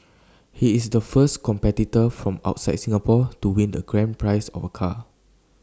he is the first competitor from outside Singapore to win the grand prize of A car